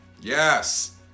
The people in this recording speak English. Yes